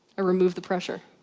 i remove the pressure.